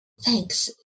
Thanks